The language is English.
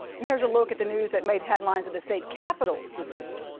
and here's a look at the news that made headlines at the state capitol this week.